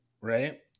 right